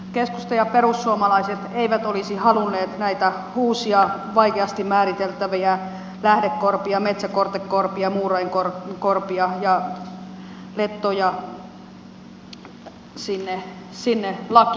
keskusta ja perussuomalaiset eivät olisi halunneet näitä uusia vaikeasti määriteltäviä lähdekorpia metsäkortekorpia muurainkorpia ja lettoja sinne lakiin mukaan